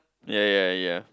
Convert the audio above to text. yea yea yea